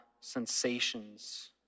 sensations